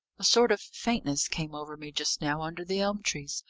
a sort of faintness came over me just now under the elm trees,